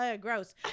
Gross